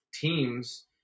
teams